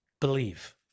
believe